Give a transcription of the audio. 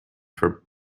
for